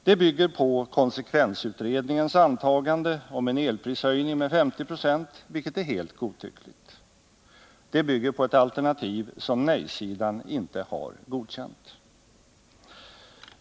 Det bygger på konsekvensutredningens antagande om en elprishöjning med 50 96, vilket är helt godtyckligt. Det bygger på ett alternativ som nej-sidan inte har godkänt.